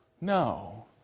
No